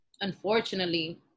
unfortunately